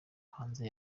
hanze